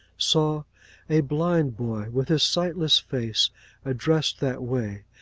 saw a blind boy with his sightless face addressed that way,